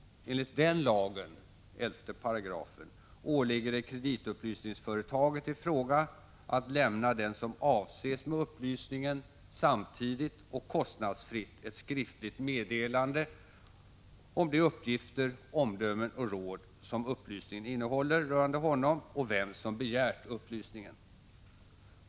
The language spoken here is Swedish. Enligt den lagen — 11 §— åligger det kreditupplysningsföretaget i fråga att lämna den som avses med upplysningen samtidigt och kostnadsfritt ett skriftligt meddelande om de uppgifter, omdömen och råd som upplysningen innehåller rörande honom och vem som begärt upplysningen.